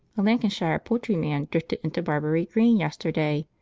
a lancashire poultryman drifted into barbury green yesterday.